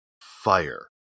fire